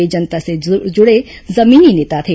वे जनता से जुड़े जमीनी नेता थे